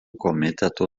komiteto